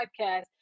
podcast